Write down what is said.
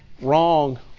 wrong